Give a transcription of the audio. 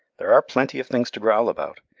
there are plenty of things to growl about,